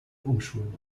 umschulen